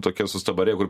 tokie sustabarėję kur